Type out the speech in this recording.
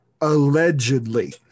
allegedly